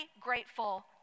grateful